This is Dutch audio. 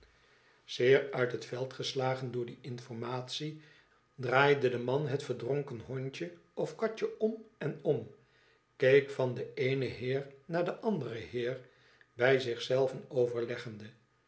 zeer uit het veld geslagen door die informatie draaide de man het verdronken hondje of katje om en om keek van den eenen heer naar den anderen heer bij zich zelven overleggende